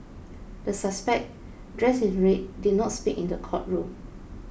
the suspect dressed in red did not speak in the courtroom